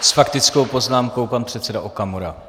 S faktickou poznámkou pan předseda Okamura.